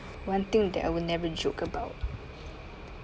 one thing that I will never joke about